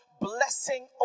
blessing